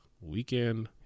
Weekend